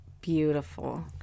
beautiful